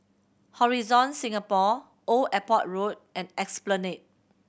Horizon Singapore Old Airport Road and Esplanade